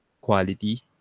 quality